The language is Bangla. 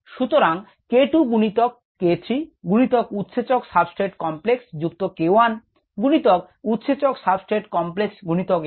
সুতরাং k 2 গুনিতক k 3 গুনিতক উৎসেচক সাবস্ট্রেট কমপ্লেক্স যুক্ত k 1 গুনিতক উৎসেচক সাবস্ট্রেট কমপ্লেক্স গুনিতক S